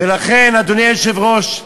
לכן, אדוני היושב-ראש,